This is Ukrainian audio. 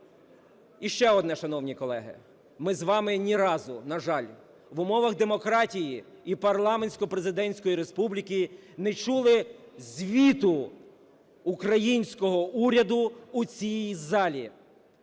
І ще одне, шановні колеги. Ми з вами ні разу, на жаль, в умовах демократії і парламентсько-президентської республіки не чули звіту українського уряду в цій залі,